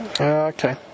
Okay